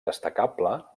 destacable